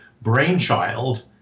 brainchild